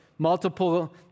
multiple